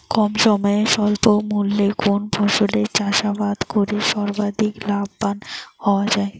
কম সময়ে স্বল্প মূল্যে কোন ফসলের চাষাবাদ করে সর্বাধিক লাভবান হওয়া য়ায়?